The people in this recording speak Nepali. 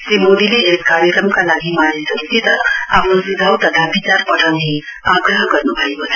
श्री मोदीले यस कार्यक्रमका लागि मानिसहरुसित आफ्नो सुझाउ तथा विचार पठाउने आग्रह गर्नुभएको छ